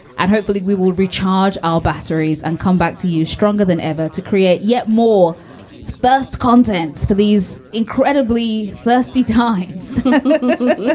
and hopefully we will recharge our batteries and come back to you stronger than ever to create yet more first contents for these incredibly thirsty times like like like